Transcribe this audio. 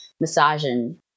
massaging